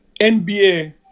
NBA